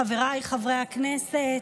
חבריי חברי הכנסת,